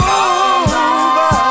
over